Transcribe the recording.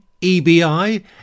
EBI